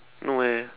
no eh